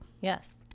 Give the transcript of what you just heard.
Yes